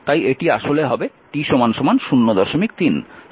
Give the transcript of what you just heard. তাই এটি আসলে হবে t 03